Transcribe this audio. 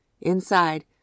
Inside